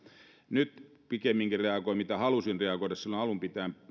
nyt pikemminkin reagoin siten kuin halusin reagoida silloin alun pitäen